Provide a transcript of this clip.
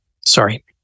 Sorry